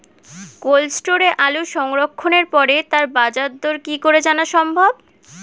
Cold স্টোরে আলু সংরক্ষণের পরে তার বাজারদর কি করে জানা সম্ভব?